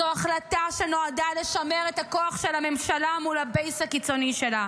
זו החלטה שנועדה לשמר את הכוח של הממשלה מול הבייס הקיצוני שלה.